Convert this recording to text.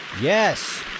Yes